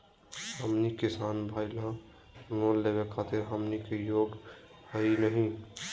हमनी किसान भईल, लोन लेवे खातीर हमनी के योग्य हई नहीं?